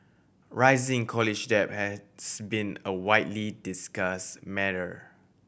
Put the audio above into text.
rising college debt has been a widely discuss matter